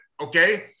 Okay